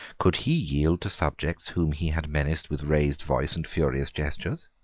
could he yield to subjects whom he had menaced with raised voice and furious gestures